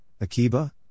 Akiba